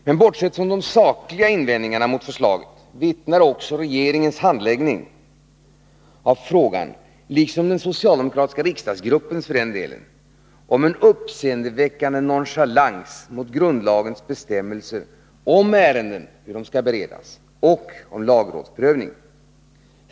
Men bortsett från de sakliga invändningarna mot förslaget vittnar handläggningen av frågan i regeringen, liksom för den delen den socialdemokratiska riksdagsgruppen, om en uppseendeväckande nonchalans mot grundlagens bestämmelser om ärendens beredning och lagrådsprövning.